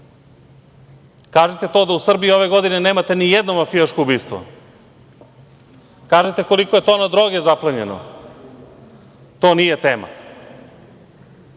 Kažite to da u Srbiji ove godine nemate nijednu mafijaško ubistvo. Kažite koliko je tona droge zaplenjeno. To nije tema,